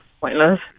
pointless